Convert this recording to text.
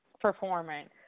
performance